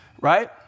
right